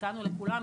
תיקנו לכולם,